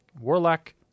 Warlock